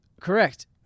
Correct